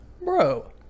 Bro